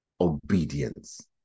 obedience